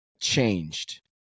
changed